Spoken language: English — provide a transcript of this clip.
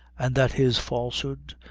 and that his falsehood,